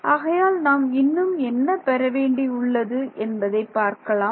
ஆகையால் நாம் இன்னும் என்ன பெற வேண்டி உள்ளது என்பதை பார்க்கலாம்